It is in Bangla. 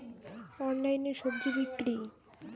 অনলাইনে স্বজি বিক্রি?